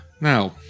Now